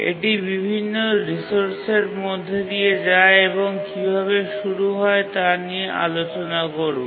এটি বিভিন্ন রিসোর্সের মধ্য দিয়ে যায় এবং তা কীভাবে শুরু হয় তা নিয়ে আলোচনা করব